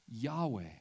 Yahweh